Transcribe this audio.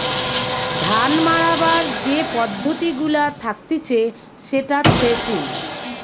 ধান মাড়াবার যে পদ্ধতি গুলা থাকতিছে সেটা থ্রেসিং